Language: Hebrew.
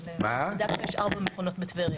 אגב, בדקנו, יש ארבע מכונות בטבריה.